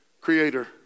creator